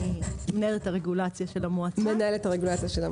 אני מנהלת הרגולציה של המועצה.